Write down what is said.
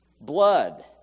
Blood